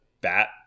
bat